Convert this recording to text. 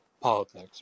politics